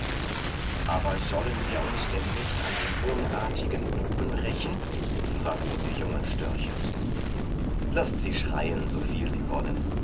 aber sollen wir denn uns nicht an den unartigen buben rächen fragten die jungen störche laßt sie schreien soviel sie wollen